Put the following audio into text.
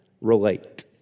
relate